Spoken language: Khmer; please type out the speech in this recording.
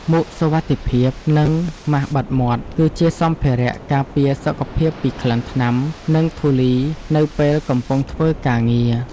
មួកសុវត្ថិភាព និងម៉ាសបិទមាត់ គឺជាសម្ភារៈការពារសុខភាពពីក្លិនថ្នាំ និងធូលីនៅពេលកំពុងធ្វើការងារ។